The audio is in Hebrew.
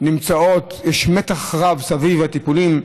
יש מתח רב סביב הטיפולים.